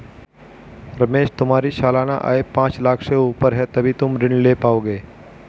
रमेश तुम्हारी सालाना आय पांच लाख़ से ऊपर है तभी तुम ऋण ले पाओगे